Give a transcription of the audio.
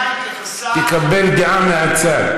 המדינה התייחסה, תקבל דעה מהצד.